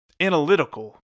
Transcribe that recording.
analytical